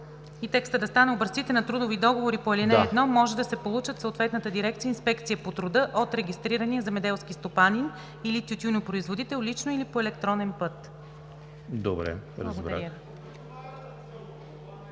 и текстът да стане: „Образците на трудови договори по ал. 1 може да се получат в съответната дирекция, Инспекция по труда от регистрирания земеделски стопанин или тютюнопроизводител лично или по електронен път.“ Благодаря